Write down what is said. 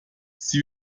sie